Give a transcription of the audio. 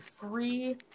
three